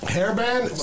Hairband